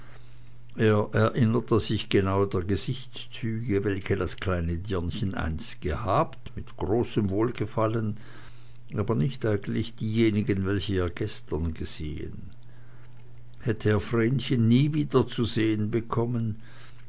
er erinnerte sich genau der gesichtszüge welche das kleine dirnchen einst gehabt mit großem wohlgefallen aber nicht eigentlich derjenigen welche er gestern gesehen hätte er vrenchen nie wieder zu sehen bekommen